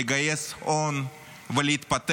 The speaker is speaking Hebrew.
לגייס הון ולהתפתח,